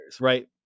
right